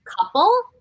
couple